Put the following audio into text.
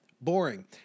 boring